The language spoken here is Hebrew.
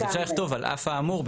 אז אפשר לכתוב על אף האמור,